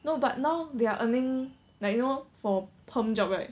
no but now they are earning like you know for perm job right